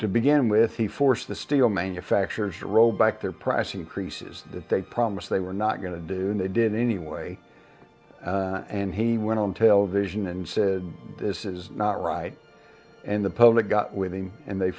to begin with he forced the steel manufacturers to roll back their price increases that they promised they were not going to do and they did anyway and he went on television and said this is not right and the public got with him and they